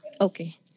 Okay